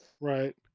Right